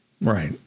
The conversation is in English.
Right